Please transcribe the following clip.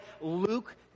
Luke